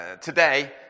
today